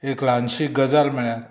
एक ल्हानशी गजाल म्हळ्यार